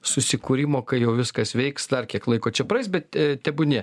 susikūrimo kai jau viskas veiks dar kiek laiko čia praeis bet e tebūnie